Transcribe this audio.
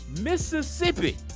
Mississippi